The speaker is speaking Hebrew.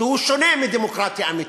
שהוא שונה מדמוקרטיה אמיתית.